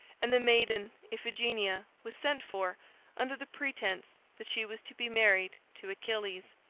and the maiden iphigenia was sent for under the pretence that she was to be married to achilles.